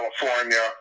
california